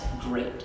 great